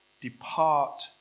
Depart